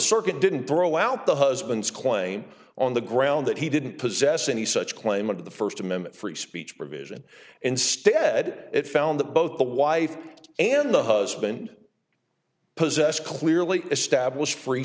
circuit didn't throw out the husband's claim on the ground that he didn't possess any such claim of the first amendment free speech provision instead it found that both the wife and the husband possess clearly established free